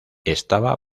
estaba